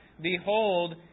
Behold